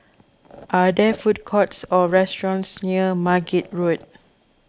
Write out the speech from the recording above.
are there food courts or restaurants near Margate Road